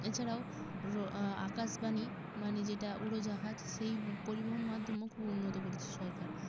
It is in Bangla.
এছাড়াও আকাশবাণী মানে যেটা উড়োজাহাজ সেই পরিবহণ মাধ্যমও খুব উন্নত করেছে সরকার